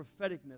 propheticness